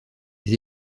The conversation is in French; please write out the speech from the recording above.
les